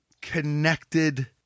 connected